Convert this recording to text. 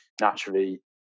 naturally